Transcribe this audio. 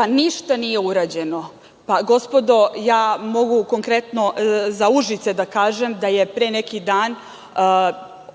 a ništa nije urađeno. Pa, gospodo, ja mogu konkretno za Užice da kažem da je pre neki dan